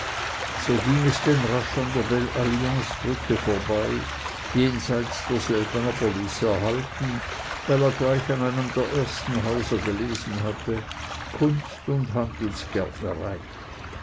so ging es denn rasch an der belle alliance brücke vor bei jenseits derselben aber ließ er halten weil er gleich an einem der ersten häuser gelesen hatte kunst und handelsgärtnerei